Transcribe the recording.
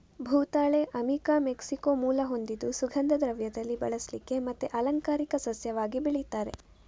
ಭೂತಾಳೆ ಅಮಿಕಾ ಮೆಕ್ಸಿಕೋ ಮೂಲ ಹೊಂದಿದ್ದು ಸುಗಂಧ ದ್ರವ್ಯದಲ್ಲಿ ಬಳಸ್ಲಿಕ್ಕೆ ಮತ್ತೆ ಅಲಂಕಾರಿಕ ಸಸ್ಯವಾಗಿ ಬೆಳೀತಾರೆ